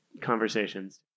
conversations